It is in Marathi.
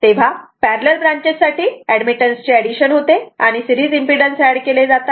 तेव्हा पॅरलल ब्रांचेस साठी एडमिटन्स ची एडिशन होते आणि सिरीज इम्पेडन्स एड केले जातात